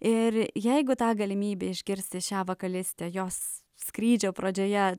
ir jeigu ta galimybė išgirsti šią vokalistę jos skrydžio pradžioje